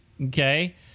okay